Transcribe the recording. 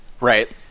Right